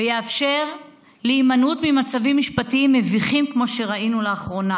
מה שיאפשר הימנעות ממצבים משפטיים מביכים כמו אלה שראינו לאחרונה.